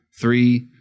three